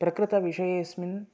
प्रकृतविषयेस्मिन्